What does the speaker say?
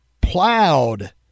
plowed